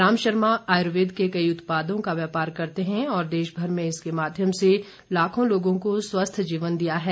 राम शर्मा आयुर्वेद के कई उत्पादों का व्यापार करते हैं और देशभर में इसके माध्यम से लाखों लोगों को स्वस्थ जीवन दिया है